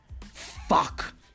Fuck